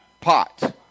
Pot